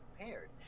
prepared